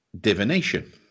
divination